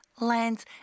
lands